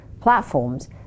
platforms